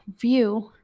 view